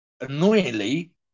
annoyingly